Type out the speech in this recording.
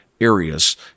Areas